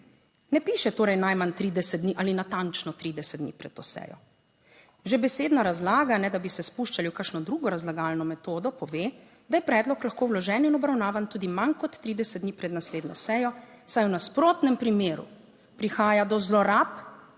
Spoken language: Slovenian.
Ne piše torej najmanj 30 dni ali natančno 30 dni pred to sejo. Že besedna razlaga, ne da bi se spuščali v kakšno drugo razlagalno metodo, pove, da je predlog lahko vložen in obravnavan tudi manj kot 30 dni pred naslednjo sejo, saj v nasprotnem primeru prihaja do zlorab.